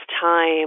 time